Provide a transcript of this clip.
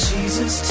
Jesus